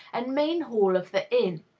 and main hall of the inn.